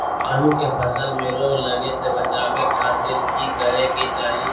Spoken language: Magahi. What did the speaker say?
आलू के फसल में रोग लगे से बचावे खातिर की करे के चाही?